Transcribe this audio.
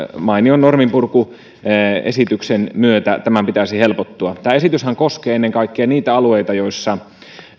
mainion norminpurkuesityksen myötä tämän pitäisi helpottua tämä esityshän koskee ennen kaikkea niitä alueita joilla